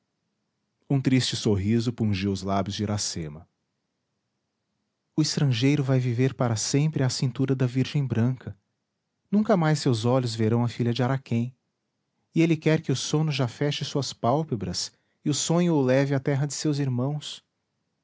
um triste sorriso pungiu os lábios de iracema o estrangeiro vai viver para sempre à cintura da virgem branca nunca mais seus olhos verão a filha de araquém e ele quer que o sono já feche suas pálpebras e o sonho o leve à terra de seus irmãos